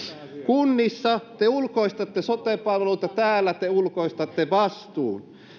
kunnissa te ulkoistatte sote palvelut ja täällä te ulkoistatte vastuun